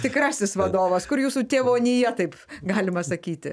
tikrasis vadovas kur jūsų tėvonija taip galima sakyti